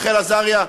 רחל עזריה,